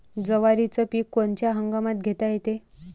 जवारीचं पीक कोनच्या हंगामात घेता येते?